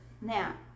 Now